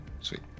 Sweet